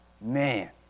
man